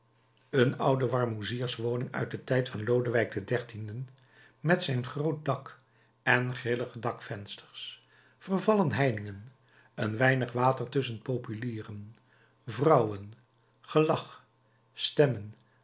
een oude warmoezierswoning uit den tijd van lodewijk xiii met zijn groot dak en grillige dakvensters vervallen heiningen een weinig water tusschen populieren vrouwen gelach stemmen